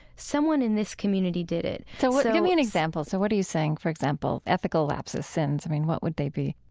someone in this community did it. so, so, what give me an example. so what are you saying, for example, ethical lapses, sins? i mean, what would they be?